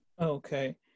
okay